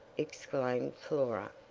exclaimed flora.